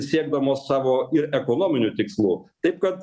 siekdamos savo ir ekonominių tikslų taip kad